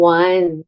one